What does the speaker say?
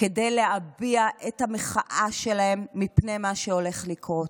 כדי להביע את המחאה שלהם על מה שהולך לקרות.